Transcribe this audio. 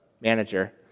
manager